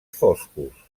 foscos